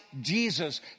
jesus